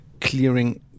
clearing